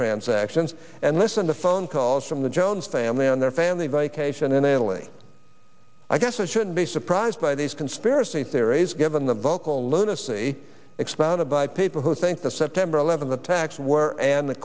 transactions and listen to phone calls from the jones family and their family vacation in italy i guess i shouldn't be surprised by these conspiracy theories given the vocal lunacy expanded by people who think the september eleventh attacks were and the